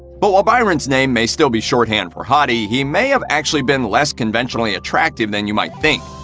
but while byron's name may still be shorthand for hottie, he may have actually been less conventionally attractive than you might think.